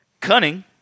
cunning